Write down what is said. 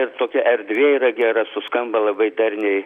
ir tokia erdvė yra gera suskamba labai darniai